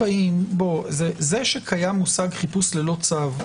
בואו, זה שקיים מושג חיפוש ללא צו,